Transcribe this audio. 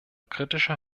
kritische